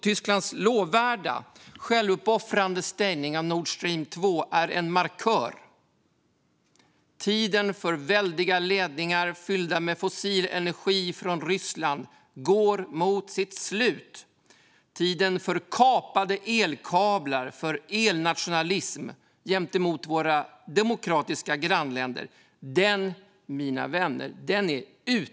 Tysklands lovvärda, självuppoffrande stängning av Nord Stream 2 är en markör. Tiden för väldiga ledningar fyllda med fossil energi från Ryssland går mot sitt slut. Tiden för kapade elkablar och för elnationalism gentemot våra demokratiska grannländer är ute, mina vänner!